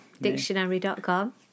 Dictionary.com